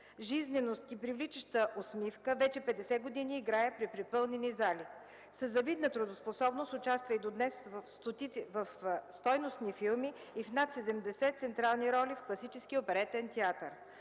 жизненост и привличаща усмивка вече 50 години играе при препълнени зали. Със завидна трудоспособност участва и до днес в стойностни филми и в над 70 централни роли в класическия Оперетен театър.